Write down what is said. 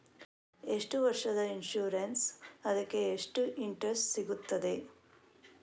ಎಷ್ಟು ವರ್ಷದ ಇನ್ಸೂರೆನ್ಸ್ ಅದಕ್ಕೆ ಎಷ್ಟು ಇಂಟ್ರೆಸ್ಟ್ ಸಿಗುತ್ತದೆ?